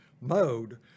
mode